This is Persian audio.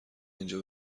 اینجا